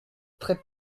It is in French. très